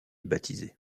baptisé